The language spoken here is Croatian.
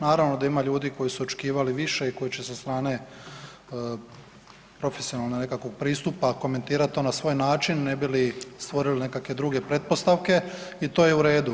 Naravno da ima ljudi koji su očekivali više i koji će sa strane profesionalnog nekakvog pristupa komentirati to na svoj način ne bi li stvorili nekakve druge pretpostavke i to je u redu.